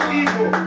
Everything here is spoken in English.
evil